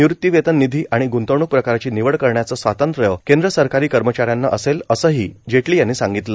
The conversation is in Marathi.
निवृत्तीवेतन निधी आणि ग्ंतवणूक प्रकाराची निवड करण्याचं स्वातंत्र्य केंद्र सरकारी कर्मचाऱ्यांना असेल असंही जेटली यांनी सांगितलं